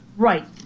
Right